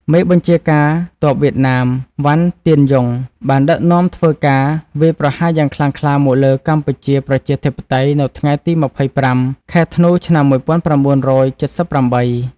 មេបញ្ជាការទ័ពវៀតណាម វ៉ាន់ ទៀនយុង បានដឹកនាំធ្វើការ វាយប្រហារយ៉ាងខ្លាំងក្លាមកលើកម្ពុជាប្រជាធិបតេយ្យ នៅថ្ងៃទី២៥ ខែធ្នូ ឆ្នាំ១៩៧៨។